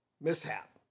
mishap